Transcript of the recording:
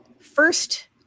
first